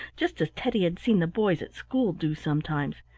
just as teddy had seen the boys at school do sometimes.